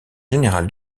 général